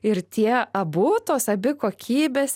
ir tie abu tos abi kokybės